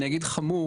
אני אגיד חמור,